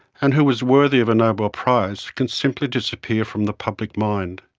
and who was worthy of a nobel prize, can simply disappear from the public mind?